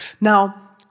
Now